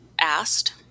asked